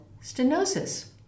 stenosis